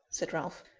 said ralph.